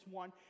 one